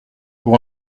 pour